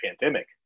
pandemic